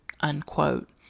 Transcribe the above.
unquote